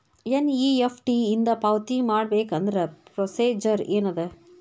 NEFT ಇಂದ ಪಾವತಿ ಮಾಡಬೇಕಂದ್ರ ಪ್ರೊಸೇಜರ್ ಏನದ